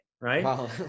Right